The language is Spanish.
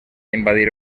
invadir